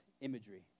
imagery